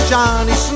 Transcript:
Johnny